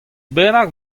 bennak